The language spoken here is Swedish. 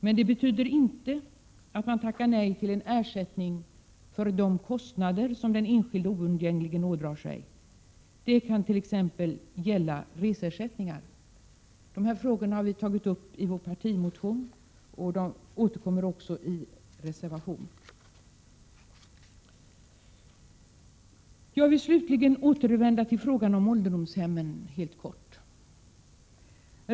Men det betyder inte att man tackar nej till en ersättning för de kostnader som den enskilde oundgängligen ådrar sig. Det kan t.ex. gälla ersättning för resor: Vi har tagit upp dessa frågor i vår partimotion, och de återkommer också i en reservation. Jag vill slutligen återvända till frågan om ålderdomshemmen och beröra den helt kortfattat.